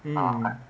mm